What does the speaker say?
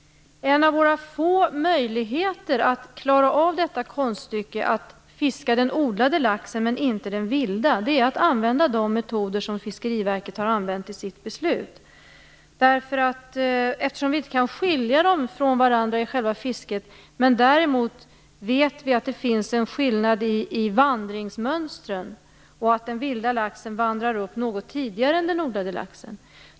En av våra få möjligheter att klara av konststycket att fiska den odlade laxen men inte den vilda är att använda de metoder som Fiskeriverket har angett i sitt beslut. Vi kan inte skilja laxarna ifrån varandra i själva fisket, men däremot vet vi att det finns en skillnad i vandringsmönster - den vilda laxen vandrar upp något tidigare än den odlade laxen.